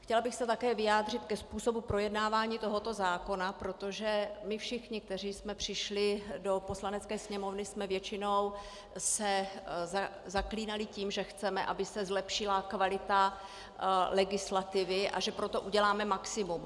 Chtěla bych se také vyjádřit ke způsobu projednávání tohoto zákona, protože my všichni, kteří jsme přišli do Poslanecké sněmovny, jsme se většinou zaklínali tím, že chceme, aby se zlepšila kvalita legislativy, a že pro to uděláme maximum.